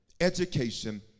education